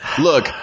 Look